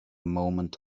moment